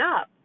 up